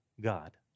God